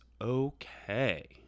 okay